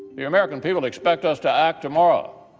the american people expect us to act tomorrow.